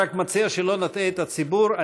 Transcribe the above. אני רק מציע שלא נטעה את הציבור.